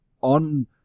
on